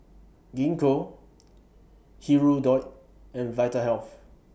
Gingko Hirudoid and Vitahealth